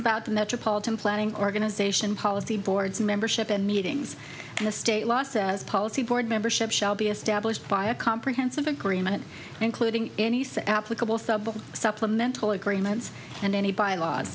about the metropolitan planning organising policy boards membership and meetings in the state law says policy board membership shall be established by a comprehensive agreement including any set applicable supplemental agreements and any bylaws